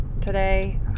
today